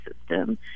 system